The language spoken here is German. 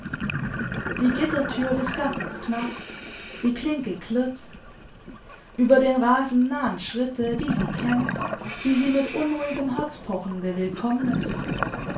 die gittertür des gartens knarrt die klinke klirrt über den rasen nahen schritte die sie kennt die sie mit unruhigem herzpochen